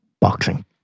boxing